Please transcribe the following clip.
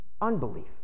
unbelief